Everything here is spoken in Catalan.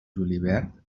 julivert